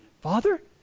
Father